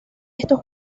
estos